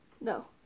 No